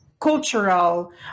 cultural